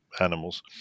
animals